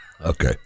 Okay